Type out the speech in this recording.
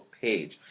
page